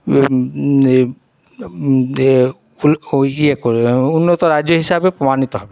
এ ইয়ে উন্নত রাজ্য হিসাবে প্রমাণিত হবে